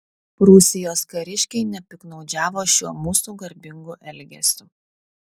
prūsijos kariškiai nepiktnaudžiavo šiuo mūsų garbingu elgesiu